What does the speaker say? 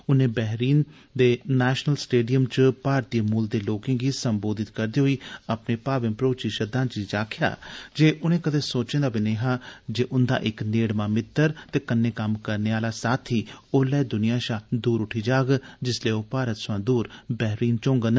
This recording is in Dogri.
उनें बैहरीन दे नैशनल स्टेडियम च भारतीय मूल दे लोकें गी सम्बोधित करदे होई अपनी भावें भरोची श्रद्धांजलि च आक्खेया जे उनें कदें सोचे दा बी नेई हा जे उन्दा इक नेड़मा मित्र ते कन्ने कम्म करने आला साथी ओल्लै द्निया शा दूर उठी जाग जिल्लै ओ भारत सवां दूर बैहरीन च होगंन